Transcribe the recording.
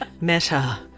meta